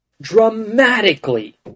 dramatically